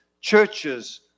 churches